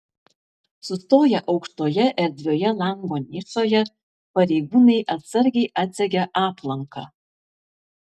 sustoję aukštoje erdvioje lango nišoje pareigūnai atsargiai atsegė aplanką